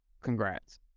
congrats